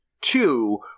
two